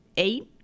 eight